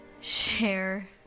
share